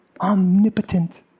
Omnipotent